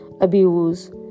abuse